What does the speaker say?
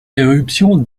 éruption